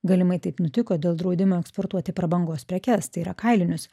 galimai taip nutiko dėl draudimo eksportuoti prabangos prekes tai yra kailinius